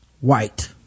white